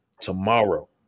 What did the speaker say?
tomorrow